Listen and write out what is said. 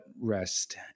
rest